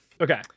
Okay